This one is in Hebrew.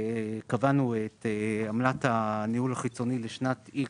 קבענו את עמלת הניהול החיצוני לשנה הבאה